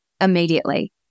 immediately